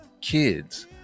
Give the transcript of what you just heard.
kids